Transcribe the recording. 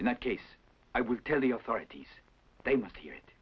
in that case i would tell the authorities they must hear it